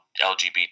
LGBT